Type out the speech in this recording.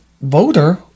voter